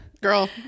Girl